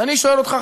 אז אני שואל אותך,